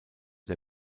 der